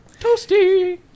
Toasty